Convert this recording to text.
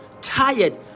tired